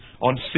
on